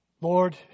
Lord